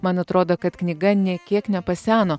man atrodo kad knyga nė kiek nepaseno